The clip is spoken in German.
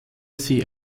sie